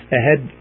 ahead